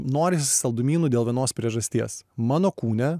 norisi saldumynų dėl vienos priežasties mano kūne